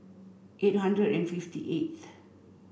eight hundred and fifty eighth